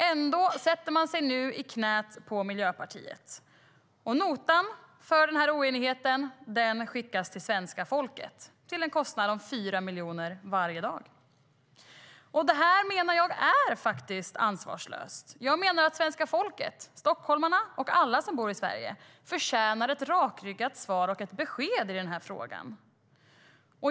Ändå sätter man sig nu i knät på Miljöpartiet, och notan för oenigheten skickas till svenska folket till en kostnad av 4 miljoner varje dag. Jag menar att detta är ansvarslöst. Jag menar att svenska folket, stockholmarna och alla som bor i Sverige förtjänar ett rakryggat svar och ett besked i frågan.